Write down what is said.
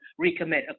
recommit